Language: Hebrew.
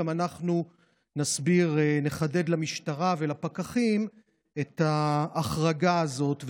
גם אנחנו נחדד למשטרה ולפקחים את ההחרגה הזאת,